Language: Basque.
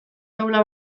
taula